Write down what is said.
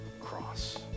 cross